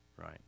right